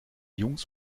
jungs